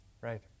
Right